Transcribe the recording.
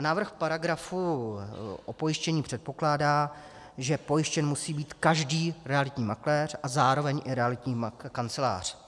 Návrh paragrafu o pojištění předpokládá, že pojištěn musí být každý realitní makléř a zároveň i realitní kancelář.